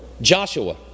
Joshua